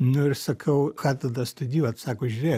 nu ir sakau ką tada studijuot sako žiūrėk